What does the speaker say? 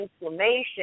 inflammation